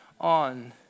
on